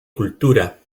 cultura